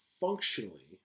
functionally